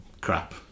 crap